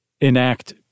enact